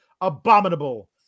abominable